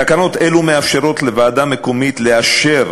תקנות אלו מאפשרות לוועדה מקומית לאשר,